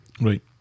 right